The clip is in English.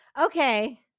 Okay